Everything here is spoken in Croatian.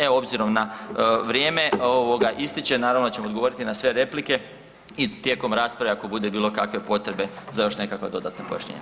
Evo, obzirom na vrijeme ovoga ističe, naravno da ćemo odgovoriti na sve replike i tijekom rasprave ako bude bilo kakve potrebe za još nekakva dodatna pojašnjenja.